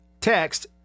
Text